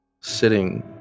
Sitting